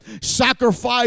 sacrifice